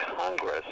Congress